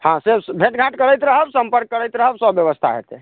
हँ भेटघाँट करैत रहब सम्पर्क करैत रहब सब व्यवस्था होयतै